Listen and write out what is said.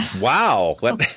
Wow